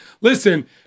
Listen